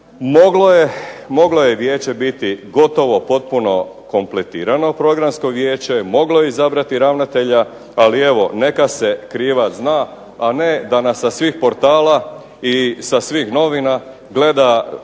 moglo je vijeće biti gotovo potpuno kompletirano Programsko vijeće, moglo je izabrati ravnatelja, ali evo neka se krivac zna, a ne da nas sa svih portala i sa svih novina gleda